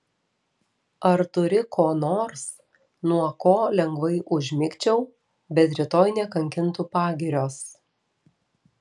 ar turi ko nors nuo ko lengvai užmigčiau bet rytoj nekankintų pagirios